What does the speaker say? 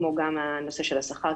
כמו גם הנושא של השכר,